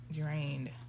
drained